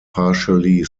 partially